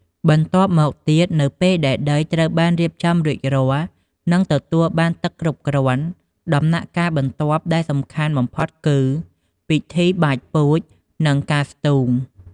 បន្ទាប់មកនៅពេលដែលដីត្រូវបានរៀបចំរួចរាល់ និងទទួលបានទឹកគ្រប់គ្រាន់ ដំណាក់កាលបន្ទាប់ដែលសំខាន់បំផុតគឺ ពិធីបាចពូជ និងការស្ទូង។